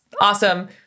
awesome